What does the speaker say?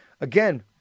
Again